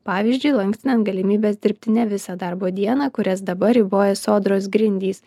pavyzdžiui lankstinant galimybes dirbti ne visą darbo dieną kurias dabar riboja sodros grindys